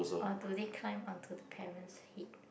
or do they climb onto the parents to hit